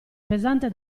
pesante